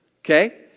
Okay